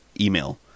email